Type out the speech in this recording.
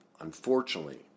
Unfortunately